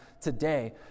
today